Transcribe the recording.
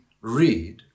read